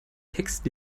text